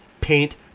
paint